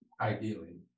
Ideally